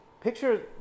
Picture